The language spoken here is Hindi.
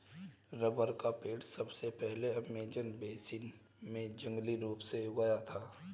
रबर का पेड़ सबसे पहले अमेज़न बेसिन में जंगली रूप से उगता था